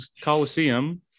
Coliseum